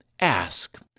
Ask